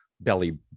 belly